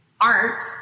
art